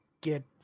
get